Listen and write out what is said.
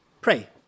Pray